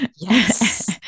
Yes